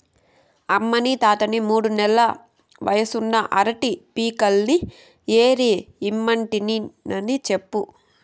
అమ్మనీ తాతని మూడు నెల్ల వయసున్న అరటి పిలకల్ని ఏరి ఇమ్మంటినని చెప్పు